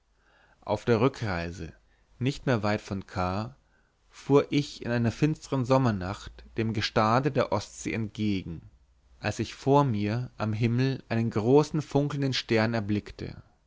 auf der rückreise nicht mehr weit von k fuhr ich in einer finstern sommernacht dem gestade der ostsee entlang als ich vor mir am himmel einen großen funkelnden stern erblickte